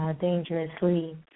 Dangerously